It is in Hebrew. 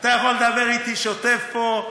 אתה יכול לדבר אתי שוטף פה.